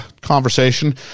Conversation